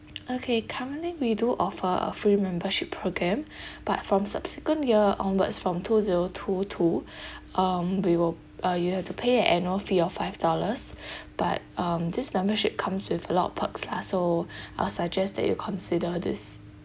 okay currently we do offer a free membership program but from subsequent year onwards from two zero two two um we will uh you have to pay an annual fee of five dollars but um this membership comes with a lot of perks lah so I'll suggest that you consider this